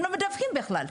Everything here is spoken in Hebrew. הם לא מדווחים בכלל.